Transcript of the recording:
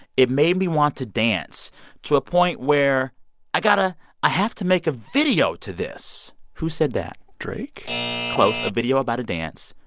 it made me want to dance to a point where i got to i have to make a video to this. who said that? drake close a video about a dance.